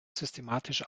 systematisch